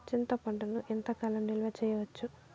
చింతపండును ఎంత కాలం నిలువ చేయవచ్చు?